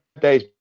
days